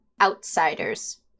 Outsiders